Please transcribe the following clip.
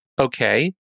Okay